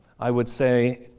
i would say,